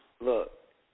look